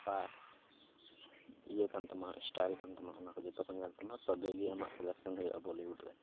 ᱚᱠᱟ ᱤᱭᱟᱹ ᱠᱟᱱ ᱛᱟᱢᱟ ᱥᱴᱟᱭᱤᱞ ᱠᱟᱱ ᱛᱟᱢᱟ ᱚᱱᱟ ᱠᱚ ᱧᱮᱞ ᱛᱟᱢᱟ ᱛᱚᱵᱮ ᱜᱮ ᱟᱢᱟᱜ ᱥᱤᱞᱮᱠᱥᱮᱱ ᱦᱩᱭᱩᱜᱼᱟ ᱵᱚᱞᱤᱭᱩᱰ ᱨᱮ